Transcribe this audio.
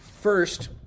First